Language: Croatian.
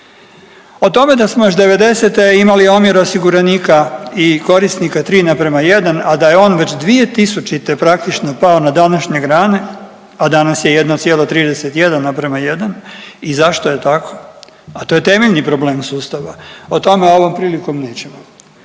O tome da smo još devedesete imali omjer osiguranika i korisnika tri naprama jedan, a da je on već 2000. praktično pao na današnje grane, a danas je 1,31 naprama 1 i zašto je tako, a to je temeljni problem sustava. O tome ovom prilikom nećemo.